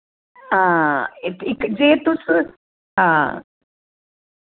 हां इक इक जे तुस हां